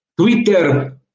Twitter